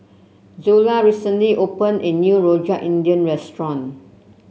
Zula recently opened a new Rojak Indian restaurant